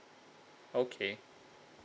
okay